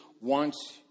wants